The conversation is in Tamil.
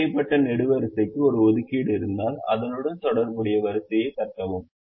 தேர்வுசெய்யப்பட்ட நெடுவரிசைக்கு ஒரு ஒதுக்கீடு இருந்தால் அதனுடன் தொடர்புடைய வரிசையைத் தட்டவும்